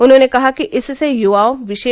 उन्होंने कहा कि इससे यवाओं विशे